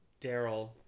Daryl